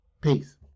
Peace